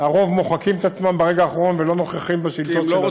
הרוב מוחקים את עצמם ברגע האחרון ולא נוכחים בשאילתות של עצמם,